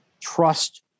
trust